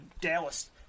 Dallas